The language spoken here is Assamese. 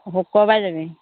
শুক্ৰবাৰে যাবি